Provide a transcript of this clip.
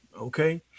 Okay